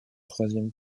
troisième